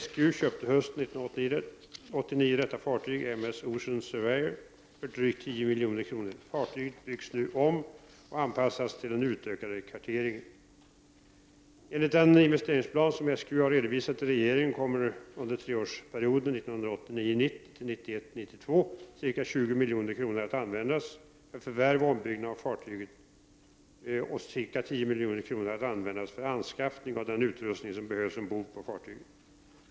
SGU köpte hösten 1989 detta fartyg, M 90— 1991/92 ca 20 milj.kr. att användas för förvärv och ombyggnad av fartyget och ca 10 milj.kr. att användas för anskaffning av den utrustning som behövs ombord på fartyget.